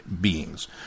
beings